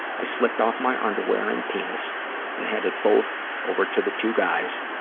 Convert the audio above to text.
i slipped off my underwear and penis and handed both over to the two guys,